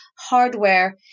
hardware